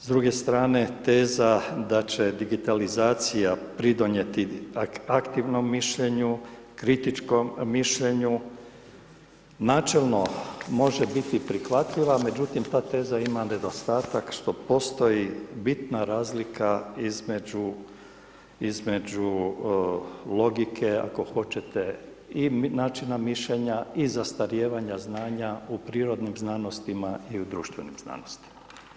S druge strane, teza da će digitalizacija pridonijeti aktivnom mišljenju, kritičkom mišljenju, načelno može biti prihvatljiva, međutim, ta teza ima nedostatak što postoji bitan nedostatak što postoji bitna razlika između logike, ako hoćete i načina mišljenja i zastarijevanja znanja u prirodnim znanostima i u društvenim znanostima.